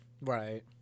right